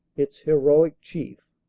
its heroic chief.